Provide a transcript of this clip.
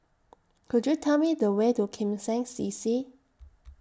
Could YOU Tell Me The Way to Kim Seng C C